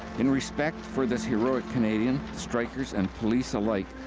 in respect for this heroic canadian, strikers and police alike,